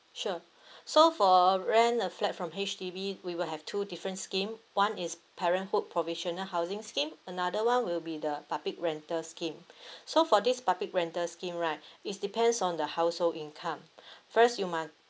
sure so for rent a flat from H_D_B we will have two difference scheme one is parenthood provisional housing scheme another one will be the topic rental scheme so for this public rental scheme right it's depends on the household income first you must